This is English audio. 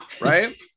Right